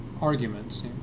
arguments